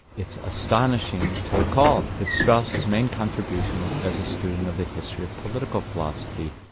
it's astonishing to recall that strauss's main contribution was as a student of the history of political philosophy.